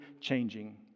changing